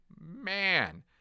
man